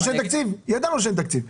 ידענו שאין תקציב?